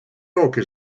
роки